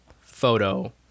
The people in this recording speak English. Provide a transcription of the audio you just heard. photo